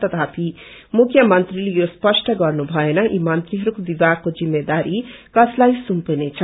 तथापि मुख्यमन्त्रीले यो स्पष्ट गर्नु भएन यी मंत्रीहस्को विभागको जिम्मेदारी कसलाईई सुम्पीने छ